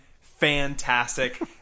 fantastic